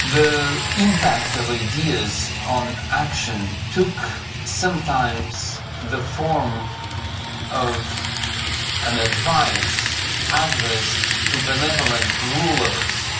the impact of ideas on action took sometimes the form of an advice addressed to benevolent rulers